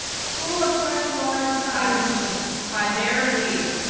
school of freshwater sciences. badar lee.